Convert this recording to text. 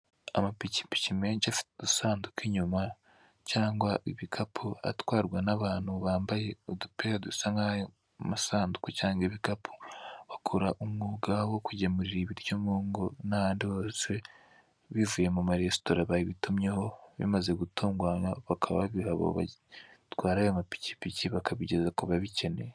amapikipiki menshi, afite udusanduku inyuma cyangwa ibikapu atwarwa n'abantu bambaye utupira dusa nk'ayo masanduku cyangwa ibikapu, bakora umwuga wo kugemura ibiryo mu ngo, n'ahandi hose bivuye mu maresitora babitumyeho bimaze gutunganwa, bakababwira abo batwara ayo mapikipiki, bakabigeza ku babikeneye.